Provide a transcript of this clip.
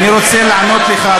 אני רוצה לענות לך,